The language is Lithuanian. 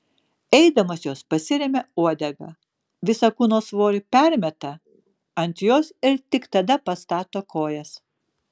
eidamos jos pasiremia uodega visą kūno svorį permeta ant jos ir tik tada pastato kojas